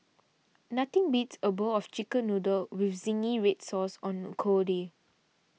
nothing beats a bowl of Chicken Noodles with Zingy Red Sauce on a cold day